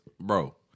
Bro